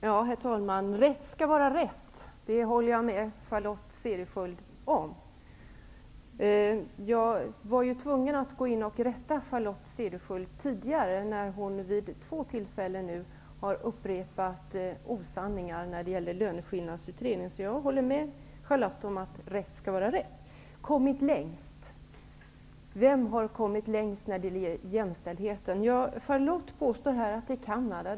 Herr talman! Rätt skall vara rätt, det håller jag med Charlotte Cederschiöld om. Jag var tvungen att gå in och rätta Charlotte Cederschiöld tidigare. Hon har vid två tillfällen upprepat osanningar när det gäller löneskillnadsutredningen. Jag håller med Charlotte Cederschiöld om att rätt skall vara rätt. Vem har kommit längst när det gäller jämställdhet? Charlotte Cederschiöld påstår här att det är Canada.